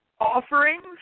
offerings